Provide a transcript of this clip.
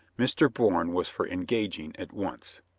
mr. bourne was for en gaging at once.